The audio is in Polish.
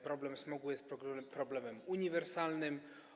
Problem smogu jest problemem uniwersalnym.